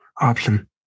option